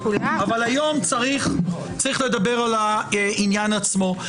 אבל היום צריך לדבר על העניין עצמו.